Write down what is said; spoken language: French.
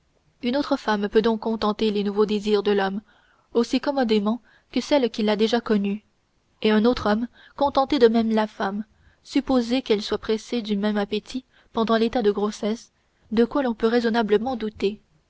une autre femme peut donc contenter les nouveaux désirs de l'homme aussi commodément que celle qu'il a déjà connue et un autre homme contenter de même la femme supposé qu'elle soit pressée du même appétit pendant l'état de grossesse de quoi l'on peut raisonnablement douter